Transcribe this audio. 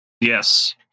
Yes